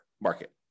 market